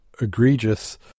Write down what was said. egregious